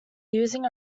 using